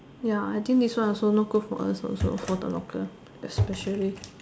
ya I think this one also not good for us also for the long term especially